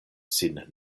sin